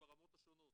ברמות השונות,